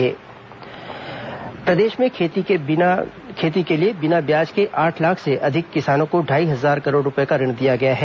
किसान ऋण वितरण प्रदेश में खेती के लिए बिना ब्याज के आठ लाख से अधिक किसानों को ढाई हजार करोड़ रूपये का ऋण दिया गया है